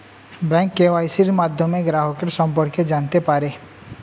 bank কেওয়াইসির মাধ্যমে গ্রাহকের সম্পর্কে জানতে পারে